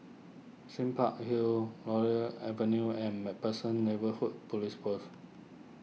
Sime Park Hill Laurel Avenue and MacPherson Neighbourhood Police Post